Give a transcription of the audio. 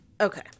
okay